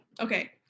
okay